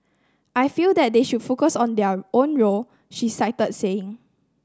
I feel that they should focus on their own role she cited saying